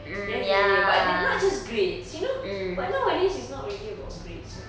the end of the day but then not just grades you know but nowadays it's not really about grades so